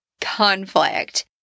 conflict